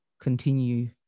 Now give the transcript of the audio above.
continue